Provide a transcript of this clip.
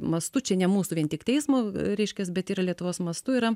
mastu čia ne mūsų vien tik teismo reiškias bet yra lietuvos mastu yra